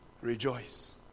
Rejoice